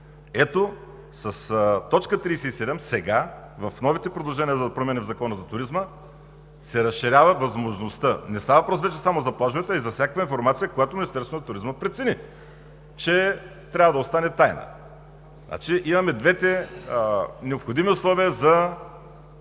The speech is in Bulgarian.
Ето, с т. 37 сега, с новите предложения за промени в Закона за туризма, се разширява възможността, не става въпрос вече само плажовете, а и за всякаква информация, която Министерството на туризма прецени, че трябва да остане тайна. Значи, имаме двете необходими условия за